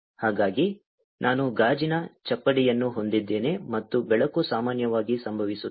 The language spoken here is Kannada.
ಹಾಗಾಗಿ ನಾನು ಗಾಜಿನ ಚಪ್ಪಡಿಯನ್ನು ಹೊಂದಿದ್ದೇನೆ ಮತ್ತು ಬೆಳಕು ಸಾಮಾನ್ಯವಾಗಿ ಸಂಭವಿಸುತ್ತದೆ